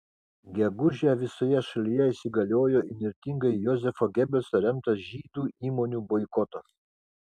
gegužę visoje šalyje įsigaliojo įnirtingai jozefo gebelso remtas žydų įmonių boikotas